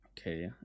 Okay